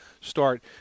start